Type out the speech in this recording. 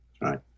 right